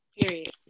period